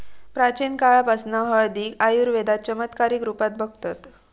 प्राचीन काळापासना हळदीक आयुर्वेदात चमत्कारीक रुपात बघतत